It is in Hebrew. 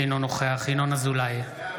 אינו נוכח ינון אזולאי,